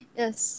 yes